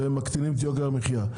ומקטינים את יוקר המחיה.